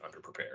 underprepared